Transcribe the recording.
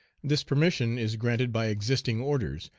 this permission is granted by existing orders,